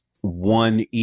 one